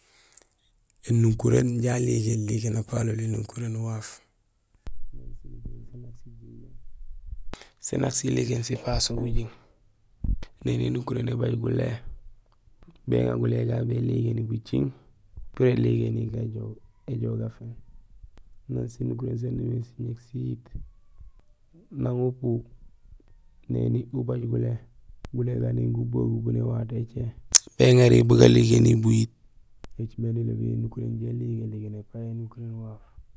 Ēnukuréén inja ligéén ligéén épalool énukuréén waaf, sén nak siligéén sipaso bujing; néni énukuréén ébaaj gulé, béŋa gulé gagu miin éligéniil bujing pour éligénil gajahoor, éjoow gafoop. Nang sinukuréén saan umimé sén nak siyiit; nang upu, néni ubaaj gulé, gulé gagu nang gubagul bo néwato écé, béŋaril bu galigénil buyiit; écimé nilobul énukuréén inja iligéén ligéén épayo énukuréén waaf.